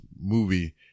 movie